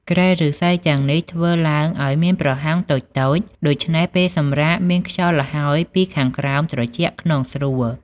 គ្រែឫស្សីទាំងនេះធ្វើឡើងឱ្យមានប្រហោងតូចៗ ដូច្នេះពេលសម្រាកមានខ្យល់ល្ហើយពីខាងក្រោមត្រជាក់ខ្នងស្រួល។